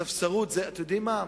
הספסרות, אתם יודעים מה?